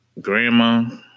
Grandma